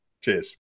Cheers